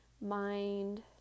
mind